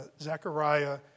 Zechariah